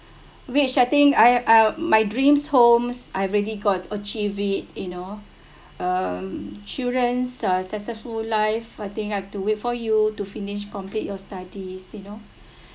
which I think I I my dreams homes I already got achieve it you know um children uh successful life I think I have to wait for you to finished complete your studies you know